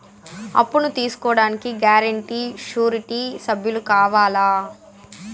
అప్పును తీసుకోడానికి guarantee, surety సభ్యులు కావాలా?